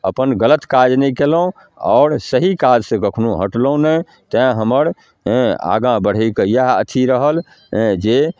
अपन गलत काज नहि कएलहुँ आओर सही काजसँ कखनहु हटलहुँ नहि तेँ हमर हेँ आगाँ बढ़ैके इएह अथी रहल हेँ जे